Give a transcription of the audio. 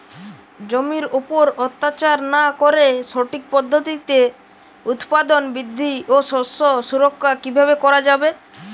জমির উপর অত্যাচার না করে সঠিক পদ্ধতিতে উৎপাদন বৃদ্ধি ও শস্য সুরক্ষা কীভাবে করা যাবে?